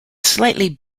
slightly